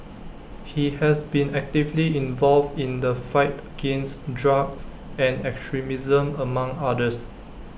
he has been actively involved in the fight against drugs and extremism among others